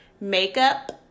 makeup